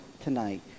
tonight